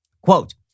Quote